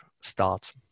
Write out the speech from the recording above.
start